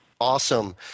Awesome